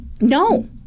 no